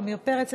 עמיר פרץ,